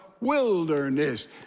wilderness